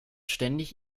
ständig